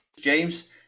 james